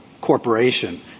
corporation